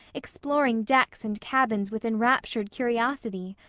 exploring decks and cabins with enraptured curiosity.